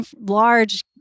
large